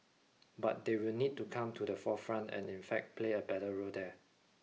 but they will need to come to the forefront and in fact play a better role there